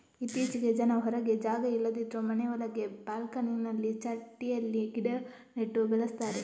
ಇತ್ತೀಚೆಗೆ ಜನ ಹೊರಗೆ ಜಾಗ ಇಲ್ಲದಿದ್ರೂ ಮನೆ ಒಳಗೆ ಬಾಲ್ಕನಿನಲ್ಲಿ ಚಟ್ಟಿಯಲ್ಲಿ ಗಿಡ ನೆಟ್ಟು ಬೆಳೆಸ್ತಾರೆ